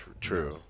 True